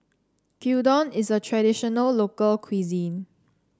Gyudon is a traditional local cuisine